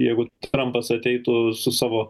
jeigu trampas ateitų su savo